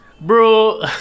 Bro